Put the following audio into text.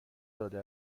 داده